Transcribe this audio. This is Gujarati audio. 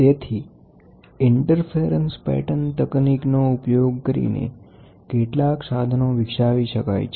તેથી ઇન્ટરફેરંસ પેટર્ન તકનીક નો ઉપયોગ કરીને કેટલાક સાધનો વિકસાવી શકાય છે